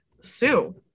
sue